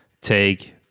take